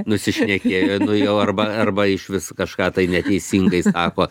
nusišnekėjo nu jo arba arba išvis kažką tai neteisingai sako